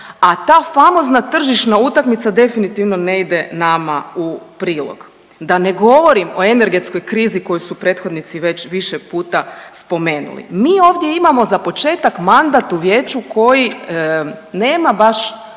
a ta famozna tržišna utakmica definitivno ne ide nama u prilog. Da ne govorim o energetskoj krizi koju su prethodnici već više puta spomenuli. Mi ovdje imamo za početak mandat u vijeću koji nema baš,